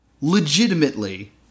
legitimately